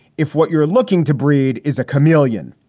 if what you're looking to breed is a chameleon.